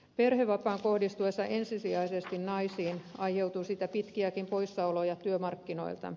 perhevapaan kohdistuessa ensisijaisesti naisiin aiheutuu siitä pitkiäkin poissaoloja työmarkkinoilta